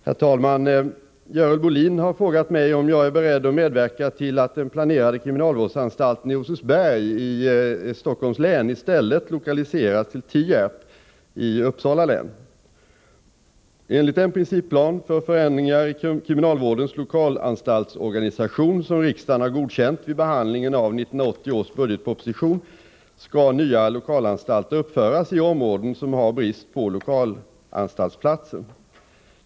Herr talman! Görel Bohlin har frågat mig om jag är beredd att medverka till att den planerade kriminalvårdsanstalten i Rosersberg i Stockholms län i stället lokaliseras till Tierp i Uppsala län. Enligt den principplan för förändringar i kriminalvårdens lokalanstaltsorganisation, som riksdagen har godkänt vid behandlingen av 1980 års budgetproposition, skall nya lokalanstalter uppföras i områden som har brist på lokalanstaltsplatser.